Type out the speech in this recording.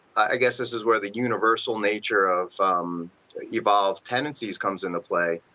i guess this is where the universal nature of um evolved tenancies comes into play.